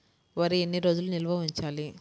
వరి ఎన్ని రోజులు నిల్వ ఉంచాలి?